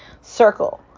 Circle